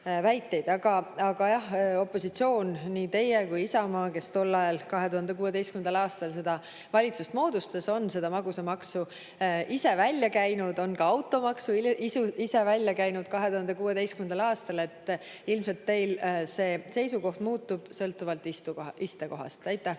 Aga jah, opositsioon, nii teie kui Isamaa, kes tol ajal, 2016. aastal valitsuse moodustas, on magusamaksu ise välja käinud ja on ka automaksu ise välja käinud 2016. aastal. Ilmselt teil seisukoht muutub sõltuvalt istekohast. Aitäh!